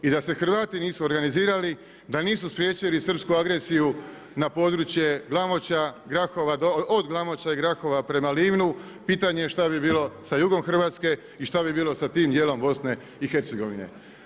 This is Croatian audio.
I da se Hrvati nisu organizirali, da nisu spriječili srpsku agresiju na područje Glamoča, Grohova, od Glamoča i Grahova prema Livnu pitanje je šta bi bilo sa jugom Hrvatske i šta bi bilo sa tim dijelom Bosne i Hercegovine.